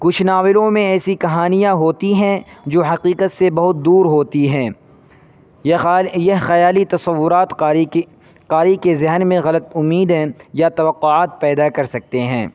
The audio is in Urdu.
کچھ ناولوں میں ایسی کہانیاں ہوتی ہیں جو حقیقت سے بہت دور ہوتی ہیں یہ یہ خیالی تصورات قاری کی قاری کے ذہن میں غلط امیدیں یا توقعات پیدا کر سکتے ہیں